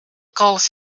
calls